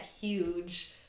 huge